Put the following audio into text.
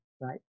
right